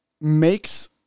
makes